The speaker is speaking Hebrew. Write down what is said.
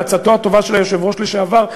בעצתו הטובה של היושב-ראש לשעבר,